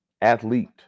athlete